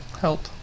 help